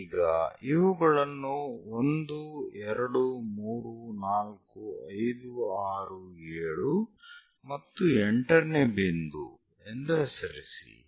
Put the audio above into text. ಈಗ ಇವುಗಳನ್ನು 1 2 3 4 5 6 7 ಮತ್ತು 8 ನೇ ಬಿಂದು ಎಂದು ಹೆಸರಿಸಿ